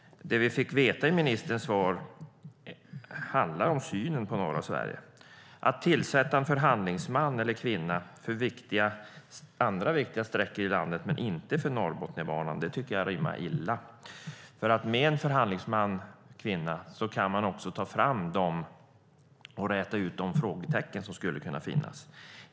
Det som vi fick veta i ministerns svar handlar om synen på norra Sverige. Att tillsätta en förhandlingsman, eller förhandlingskvinna, för andra viktiga sträckor i landet men inte för Norrbotniabanan tycker jag rimmar illa. Med en förhandlingsman, eller förhandlingskvinna, kan man räta ut de frågetecken som skulle kunna finnas.